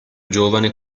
giovane